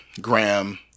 Graham